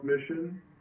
Mission